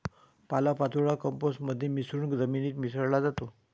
पालापाचोळा कंपोस्ट मध्ये मिसळून जमिनीत मिसळला जातो